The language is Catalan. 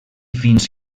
fins